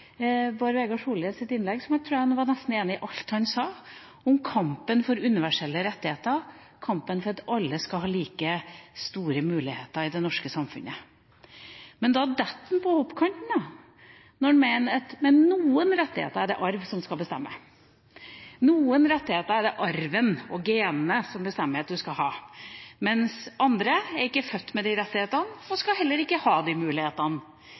Bård Vegar Solhjells innlegg, jeg tror jeg var enig i nesten alt han sa om kampen for universelle rettigheter, kampen for at alle skal ha like store muligheter i det norske samfunnet. Men han faller på hoppkanten når han mener at noen rettigheter er det arv som skal bestemme. Noen rettigheter er det arven og genene som bestemmer at man skal ha. Andre er ikke født med de rettighetene og skal heller ikke ha mulighetene.